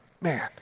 Man